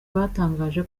batangaje